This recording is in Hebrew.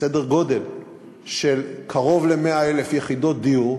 בסדר גודל של קרוב ל-100,000 יחידות דיור,